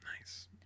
nice